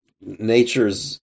nature's